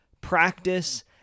practice